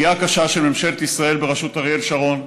פגיעה קשה של ממשלת ישראל בראשות אריאל שרון,